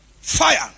fire